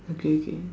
okay K